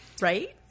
Right